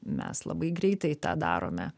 mes labai greitai tą darome